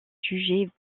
jugée